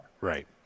Right